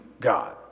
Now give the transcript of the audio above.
God